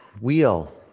wheel